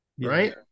Right